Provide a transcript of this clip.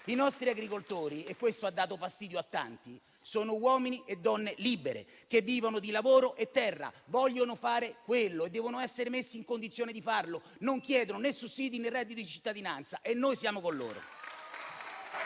I nostri agricoltori - e questo ha dato fastidio a tanti - sono uomini e donne libere, che vivono di lavoro e terra, vogliono fare quello e devono essere messi in condizione di farlo. Non chiedono né sussidi né reddito di cittadinanza e noi siamo con loro.